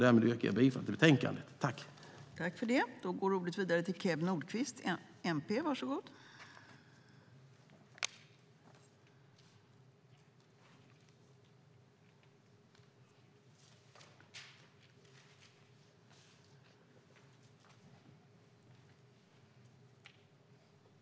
Härmed yrkar jag bifall till utskottets förslag i betänkandet.